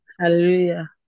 hallelujah